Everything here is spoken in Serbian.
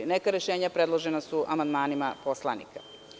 Neka rešenja su predložena amandmanima poslanika.